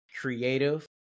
creative